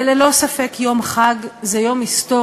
לכן, זה מסר